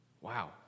wow